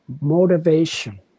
motivation